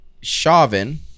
Chauvin